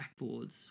backboards